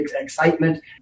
excitement